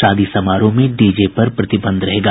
शादी समारोह में डीजे पर प्रतिबंध रहेगा